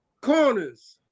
corners